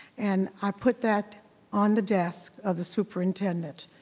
and i put that on the desk of the superintendent.